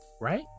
Right